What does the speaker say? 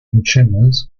consumers